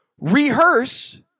Rehearse